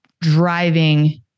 driving